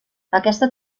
aquesta